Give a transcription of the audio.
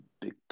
Big